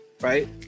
Right